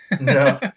No